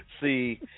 See